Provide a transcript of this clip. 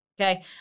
okay